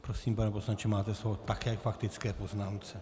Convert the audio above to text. Prosím, pane poslanče, máte slovo také k faktické poznámce.